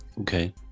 okay